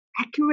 accurate